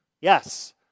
Yes